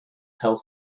health